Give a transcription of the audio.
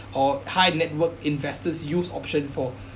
or high-net-worth investors use option for